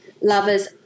lovers